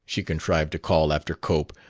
she contrived to call after cope,